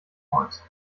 points